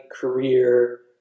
career